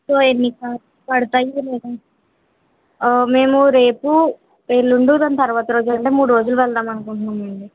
so ఎన్ని charges పడతాయి మేము రేపు ఎల్లుండి దాని తరువాత రోజు మూడు రోజులు వెళ్దాం అనుకుంటున్నాము అండి